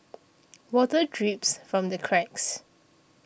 water drips from the cracks